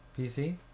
PC